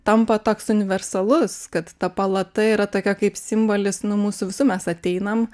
tampa toks universalus kad ta palata yra tokia kaip simbolis nuo mūsų visų mes ateinam